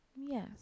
yes